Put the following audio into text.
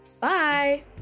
bye